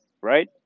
right